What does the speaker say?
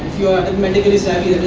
you're arithmetically savvy,